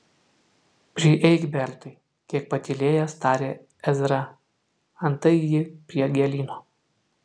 prieik bertai kiek patylėjęs tarė ezra antai ji prie gėlyno